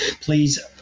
please